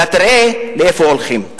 אלא תראה לאיפה הולכים.